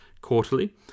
quarterly